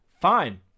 Fine